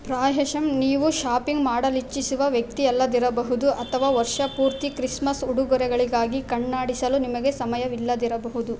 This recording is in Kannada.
ಪ್ರಾಯಶಃ ನೀವು ಶಾಪಿಂಗ್ ಮಾಡಲಿಚ್ಛಿಸುವ ವ್ಯಕ್ತಿಯಲ್ಲದಿರಬಹುದು ಅಥವಾ ವರ್ಷ ಪೂರ್ತಿ ಕ್ರಿಸ್ಮಸ್ ಉಡುಗೊರೆಗಳಿಗಾಗಿ ಕಣ್ಣಾಡಿಸಲು ನಿಮಗೆ ಸಮಯವಿಲ್ಲದಿರಬಹುದು